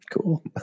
Cool